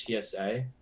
tsa